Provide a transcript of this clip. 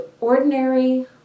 ordinary